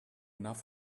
enough